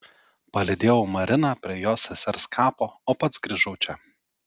palydėjau mariną prie jos sesers kapo o pats grįžau čia